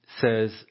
says